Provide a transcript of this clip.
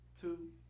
two